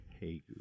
hey